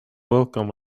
welcome